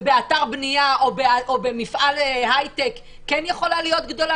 ובאתר בנייה או במפעל הייטק כן יכולה להיות גדולה?